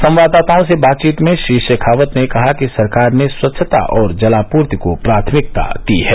संवाददातओं से बातचीत में श्री शेखावत ने कहा कि सरकार ने स्वच्छता और जलापूर्ति को प्राथमिकता दी है